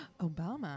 Obama